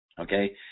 okay